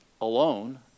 alone